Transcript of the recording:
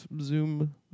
Zoom